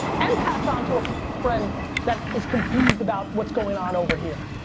and pass on to a friend that is confused about what's going on over here.